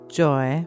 joy